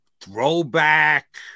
throwback